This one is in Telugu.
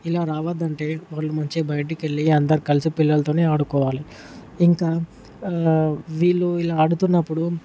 ఇలా రావద్దంటే వాళ్లు మంచిగా బయటకువెళ్లి అందరూ కలిసి పిల్లలతోనే ఆడుకోవాలి ఇంకా వీళ్ళు ఇలా ఆడుతున్నప్పుడు